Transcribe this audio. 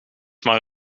maar